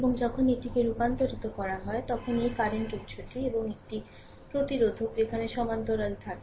এবং যখন এটিকে রূপান্তরিত করা হয় তখন এই কারেন্ট উত্সটি এবং একটি প্রতিরোধক সেখানে সমান্তরালে থাকে